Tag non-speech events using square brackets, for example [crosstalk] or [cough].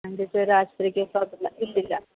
[unintelligible] ആശുപത്രി കേസോ [unintelligible] ഇല്ലില്ല